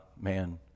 man